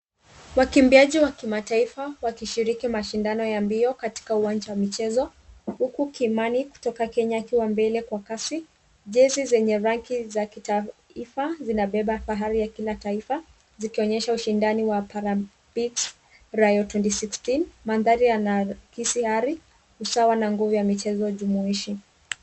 Wakimbiaji wa kimataifa wakishiriki mashindano ya mbio katika uwanja wa michezo huku Kimani kutoka Kenya akiwa mbele kwa kasi. Jezi zenye rangi ya kitaifa zinabeba fahari ya kila taifa zikionyesha ushindani wa Paralympics Rio 2016. Mandhari yanaakisi ari, usawa na nguvu ya michezo jumuishi.